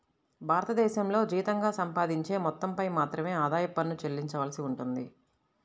భారతదేశంలో జీతంగా సంపాదించే మొత్తంపై మాత్రమే ఆదాయ పన్ను చెల్లించవలసి ఉంటుంది